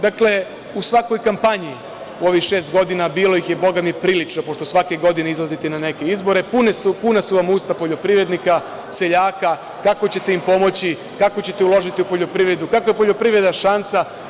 Dakle, u svakoj kampanji u ovih šest godina, bilo ih je bogami prilično, pošto svake godine izlazite na neke izbore, puna su vam usta poljoprivrednika, seljaka, kako ćete im pomoći, kako ćete uložiti u poljoprivredu, kako je poljoprivreda šansa.